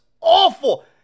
awful